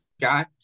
guys